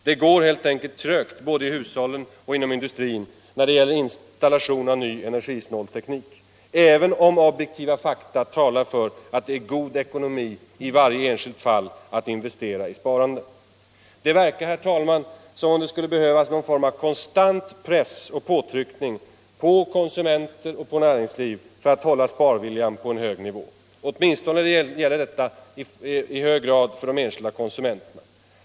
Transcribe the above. Det går helt enkelt trögt både i hushållen och industrin när det gäller installation av ny energisnålare teknik, även om objektiva fakta talar för att det är god ekonomi i varje enskilt fall att investera i sparande. Det verkar, herr talman, som om det skulle behövas någon form av konstant press och påtryckning på konsumenter och näringsliv för att hålla sparviljan på en hög nivå. Åtminstone gäller detta för de enskilda konsumenterna.